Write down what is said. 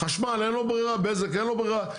חשמל אין לו ברירה, בזק אין לו ברירה.